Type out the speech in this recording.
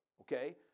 okay